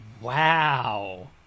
Wow